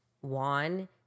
one